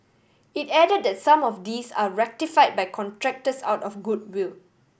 it added that some of these are rectify by contractors out of goodwill